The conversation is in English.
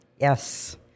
yes